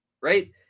right